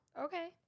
okay